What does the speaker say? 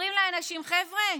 אומרים לאנשים: חבר'ה,